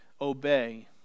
obey